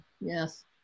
Yes